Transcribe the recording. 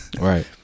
Right